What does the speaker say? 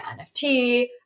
NFT